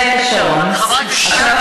נוגע לך, הוא נוגע